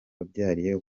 wabyariye